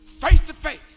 face-to-face